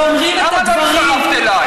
למה לא הצטרפת אליי?